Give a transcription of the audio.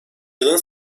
yılın